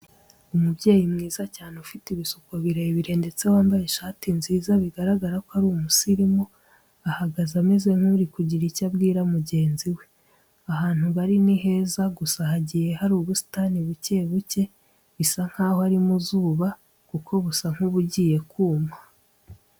Umubyeyi mwiza cyane ufite ibisuko birebire ndetse wambaye ishati nziza bigaragara ko ari umusirimu, ahagaze ameze nk'uri kugira icyo abawira mugenzi we. Ahantu bari ni heza gusa hagiye hari ubusitani buke buke, bisa nkaho ari mu izuba kuko busa nk'ubugiye kuma.